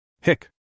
Hick